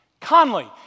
Conley